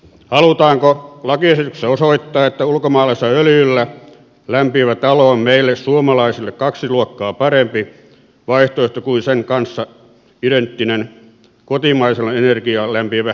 halutaanko lakiesityksessä osoittaa että ulkomaalaisella öljyllä lämpiävä talo on meille suomalaisille kaksi luokkaa parempi vaihtoehto kuin sen kanssa identtinen kotimaisella energialla lämpiävä sähkölämmitteinen talo